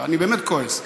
אני באמת כועס,